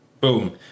boom